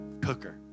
cooker